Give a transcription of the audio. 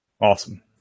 Awesome